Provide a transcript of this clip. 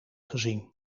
gezien